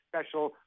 special